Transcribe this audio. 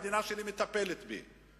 המדינה שלי מטפלת בי.